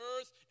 earth